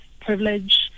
privilege